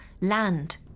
land